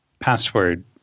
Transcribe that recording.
password